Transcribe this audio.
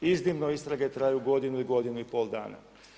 Iznimno istrage traju godinu i godinu i pol dana.